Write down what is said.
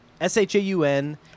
S-H-A-U-N